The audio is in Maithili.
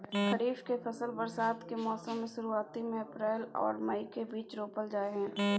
खरीफ के फसल बरसात के मौसम के शुरुआती में अप्रैल आर मई के बीच रोपल जाय हय